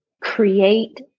create